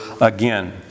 again